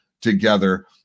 together